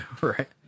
Right